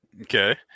Okay